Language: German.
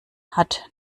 hat